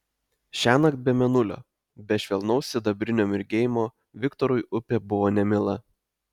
šiąnakt be mėnulio be švelnaus sidabrinio mirgėjimo viktorui upė buvo nemiela